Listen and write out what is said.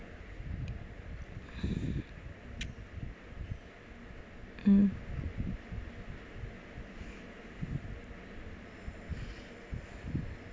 uh